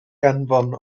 anfon